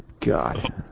God